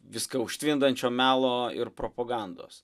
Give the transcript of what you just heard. viską užtvindančio melo ir propagandos